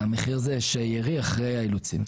המחיר הוא שיירי, אחרי האילוצים.